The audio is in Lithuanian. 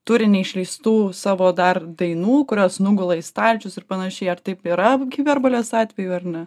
turi neišleistų savo dar dainų kurios nugula į stalčius ir panašiai ar taip yra hiperbolės atveju ar ne